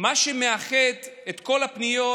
מה שמאחד את כל הפניות,